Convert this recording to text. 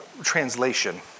translation